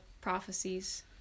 prophecies